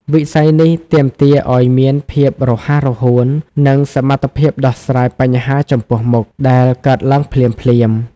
វិស័យនេះទាមទារឱ្យមានភាពរហ័សរហួន និងសមត្ថភាពដោះស្រាយបញ្ហាចំពោះមុខដែលកើតឡើងភ្លាមៗ។